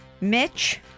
Mitch